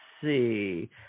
see